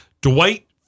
Dwight